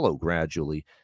gradually